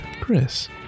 Chris